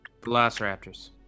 Velociraptors